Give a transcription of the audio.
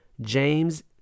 James